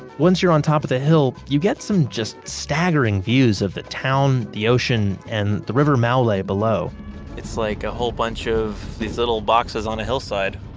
once you're on top of the hill, you get some just staggering views of the town, the ocean and the river maule below it's like a whole bunch of these little boxes on a hillside.